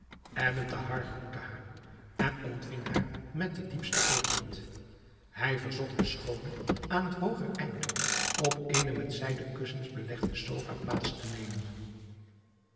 ebn thahar groette haar en ontving haar met den diepsten eerbied hij verzocht de schoone aan het hooger einde op eene met zijden kussens belegde sofa plaats te nemen